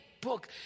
book